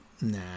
nah